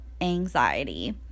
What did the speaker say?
anxiety